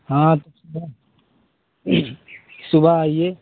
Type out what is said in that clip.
हाँ तब सुबह सुबह आइए